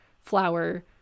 flour